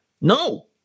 No